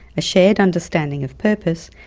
a shared understanding of purpose,